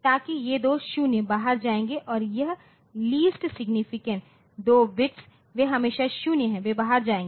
ताकि ये दो शून्य बाहर जाएंगे और यह लीस्ट सिग्नीफिकेंट 2 बिट्स वे हमेशा शून्य हैं वे बाहर जाएंगे